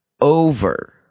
over